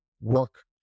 work